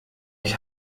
ich